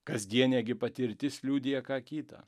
kasdienė patirtis liudija ką kita